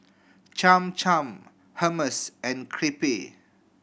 Cham Cham Hummus and Crepe